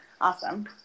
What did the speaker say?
Awesome